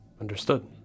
Understood